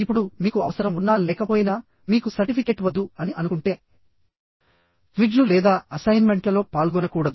ఇప్పుడు మీకు అవసరం ఉన్నా లేకపోయినా మీకు సర్టిఫికేట్ వద్దు అని అనుకుంటే క్విజ్లు లేదా అసైన్మెంట్లలో పాల్గొనకూడదు